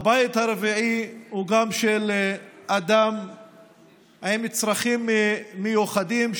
הבית הרביעי הוא של אדם עם צרכים מיוחדים,